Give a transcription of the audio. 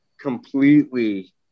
completely